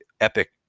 epic